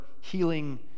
healing